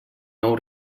nou